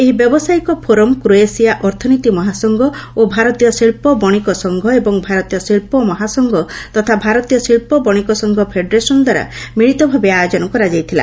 ଏହି ବ୍ୟବସାୟିକ forum Croatia ଅର୍ଥନୀତି ମହାସଂଘ ଓ ଭାରତୀୟ ଶିଳ୍ପ ବଶିକ ସଂଘ ଏବଂ ଭାରତୀୟ ଶିଳ୍ପ ମହାସଂଘ ତଥା ଭାରତୀୟ ଶିଳ୍ପ ବଶିକ ସଂଘ ଫେଡେରେସନ ଦ୍ୱାରା ମିଳିତଭାବେ ଆୟୋଜନ କରାଯାଇଥିଲା